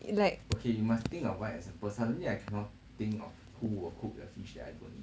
like